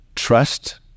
trust